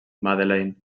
madeleine